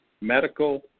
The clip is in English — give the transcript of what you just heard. medical